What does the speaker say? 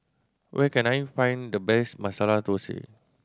where can I find the best Masala Dosa